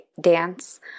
dance